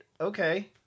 okay